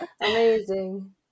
Amazing